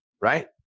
Right